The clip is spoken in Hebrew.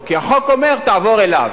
כי החוק אומר: תעבור אליו.